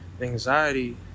anxiety